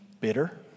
bitter